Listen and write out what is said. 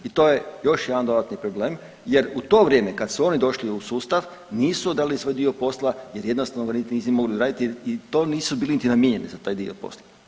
I to je još jedan dodatni problem jer u to vrijeme kada su oni došli u sustav nisu odradili svoj dio posla jer jednostavno nisu niti mogli ni raditi i to nisu bili niti na namijenjeni za taj dio posla.